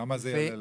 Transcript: כמה זה יעלה לנו?